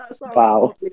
Wow